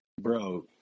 bro